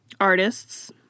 artists